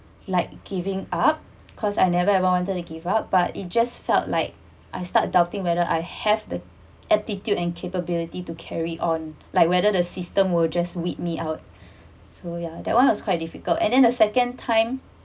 like giving up cause I never ever wanted to give up but it just felt like I start doubting whether I have the attitude and capability to carry on like whether the system will just weed me out so yeah that one was quite difficult and then the second time